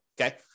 Okay